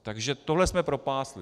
Takže tohle jsme propásli.